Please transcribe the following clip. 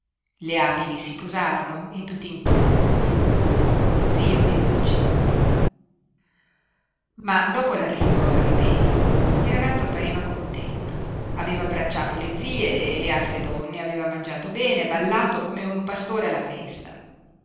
le api vi si posarono e tutt'intorno fu un ronzio di dolcezza ma dopo l'arrivo al rimedio il ragazzo pareva contento aveva abbracciato le zie e le altre donne aveva mangiato bene e ballato come un pastore alla festa